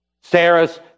Sarah's